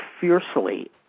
fiercely